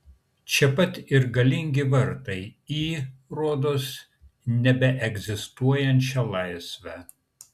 čia pat ir galingi vartai į rodos nebeegzistuojančią laisvę